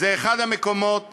אחד המקומות